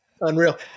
unreal